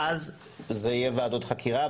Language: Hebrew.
אז זה יהיה ועדות חקירה.